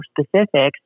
specifics